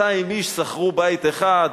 200 איש שכרו בית אחד.